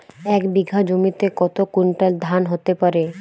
এক বিঘা জমিতে কত কুইন্টাল ধান হতে পারে?